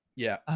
yeah.